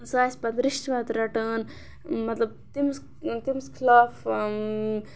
سُہ آسہِ پَتہٕ رِشوَت رٹان مطلب تٔمِس تٔمِس خٕلاف